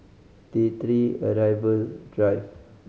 T Three Arrival Drive